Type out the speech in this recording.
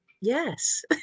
yes